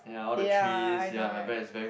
yeah all the trees yeah very it's very